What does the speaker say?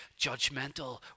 judgmental